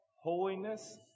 holiness